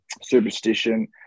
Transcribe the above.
superstition